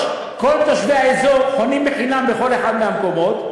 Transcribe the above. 3. כל תושבי האזור חונים חינם בכל אחד מהמקומות,